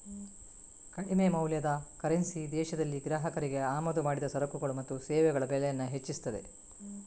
ಕಡಿಮೆ ಮೌಲ್ಯದ ಕರೆನ್ಸಿ ದೇಶದಲ್ಲಿ ಗ್ರಾಹಕರಿಗೆ ಆಮದು ಮಾಡಿದ ಸರಕುಗಳು ಮತ್ತು ಸೇವೆಗಳ ಬೆಲೆಯನ್ನ ಹೆಚ್ಚಿಸ್ತದೆ